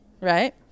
Right